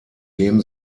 dem